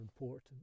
important